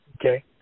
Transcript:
okay